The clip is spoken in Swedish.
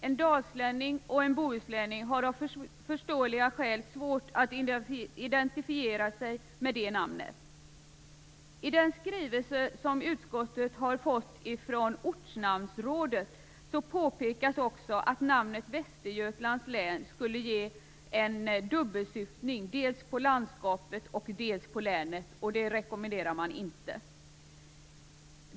En dalslänning och en bohuslänning har av förståeliga skäl svårt att identifiera sig med det namnet. I den skrivelse som utskottet har fått från Ortnamnsrådet påpekas också att namnet Västergötlands län skulle ge en dubbelsyftning, dels på landskapet, dels på länet, och det rekommenderar man inte.